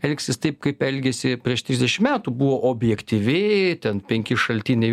elgsis taip kaip elgėsi prieš trisdešim metų buvo objektyvi ten penki šaltiniai